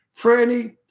Franny